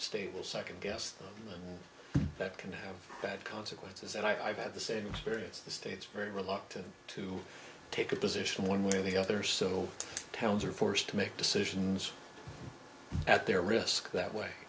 will second guess that can have bad consequences and i've had the same experience the states are very reluctant to take a position one way or the other so towns are forced to make decisions at their risk that way